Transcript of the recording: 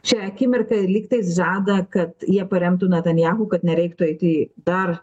šią akimirką lygtais žada kad jie paremtų natanjahu kad nereiktų eit į dar